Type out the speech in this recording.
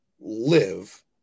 live